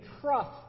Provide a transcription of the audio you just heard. trust